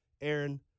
Aaron